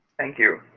thank you.